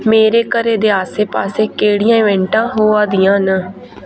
मेरे घरै दे आस्सै पास्सै केह्ड़ियां इवेंटां होआ दियां न